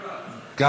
מקלב?